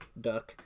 duck